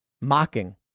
mocking